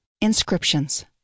INSCRIPTIONS